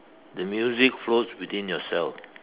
the music flows within yourself